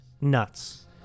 Nuts